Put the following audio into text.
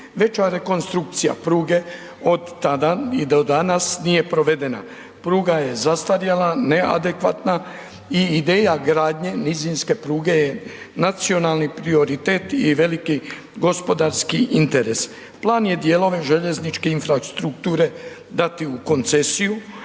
Veća rekonstrukcija pruge, od tada, i do danas nije provedena. Pruga je zastarjela, neadekvatna i ideja gradnje nizinske pruge, je nacionalni prioritet i veliki gospodarski interes. Plan je dijelove željezničke infrastrukture, dati u koncesiju,